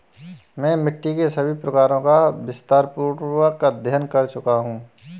मैं मिट्टी के सभी प्रकारों का विस्तारपूर्वक अध्ययन कर चुका हूं